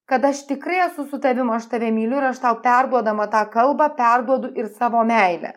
kad aš tikrai esu su tavim aš tave myliu ir aš tau perduodama tą kalbą perduodu ir savo meilę